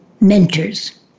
Mentors